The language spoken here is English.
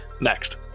next